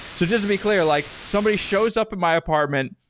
so just to be clear, like somebody shows up in my apartment,